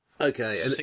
Okay